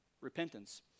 repentance